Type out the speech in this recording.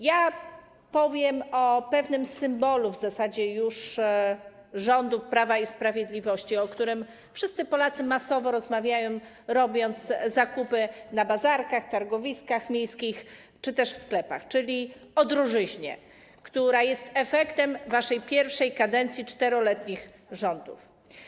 Ja powiem o pewnym już w zasadzie symbolu rządów Prawa i Sprawiedliwości, o którym wszyscy Polacy masowo rozmawiają, robiąc zakupy na bazarkach, targowiskach miejskich czy też w sklepach, czyli o drożyźnie, która jest efektem waszej pierwszej kadencji, 4-letnich rządów.